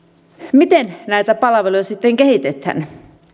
miten näitä palveluita sitten kehitetään